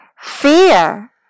fear